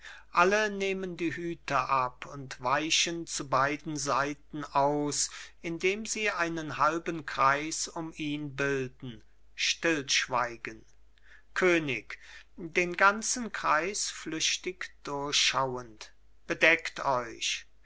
alle nehmen die hüte ab und weichen zu beiden seiten aus indem sie einen halben kreis um ihn bilden stillschweigen könig den ganzen kreis flüchtig durchschauend bedeckt euch